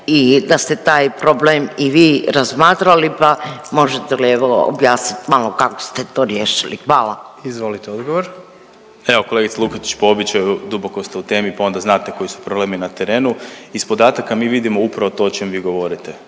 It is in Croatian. i da ste taj problem i vi razmatrali, pa možete li evo objasniti malo kako ste to riješili. Hvala. **Jandroković, Gordan (HDZ)** Izvolite odgovor. **Vidiš, Ivan** Evo kolegice Lukačić po običaju duboko ste u temi, pa onda znate koji su problemi na terenu. Iz podataka mi vidimo upravo to o čem vi govorite